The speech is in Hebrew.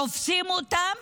תופסים אותם,